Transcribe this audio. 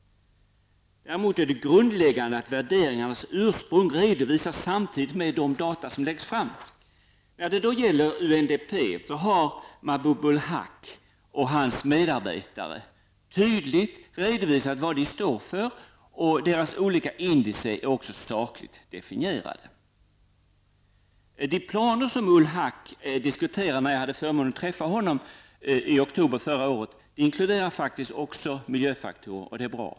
Däremot är det grundläggande att värderingarnas ursprung redovisas samtidigt med de data som läggs fram. När det gäller UNDP har Mahbub ul Haq och hans medarbetare tydligt redovisat vad de står för och deras olika indicier är också sakligt definierade. De planer som ul Haq diskuterade när jag hade förmånen att träffa honom i oktober förra året inkluderar också miljöfaktorer. Det är bra.